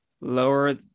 lower